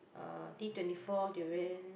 uh D twenty four durian